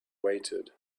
waited